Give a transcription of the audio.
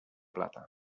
plata